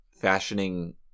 fashioning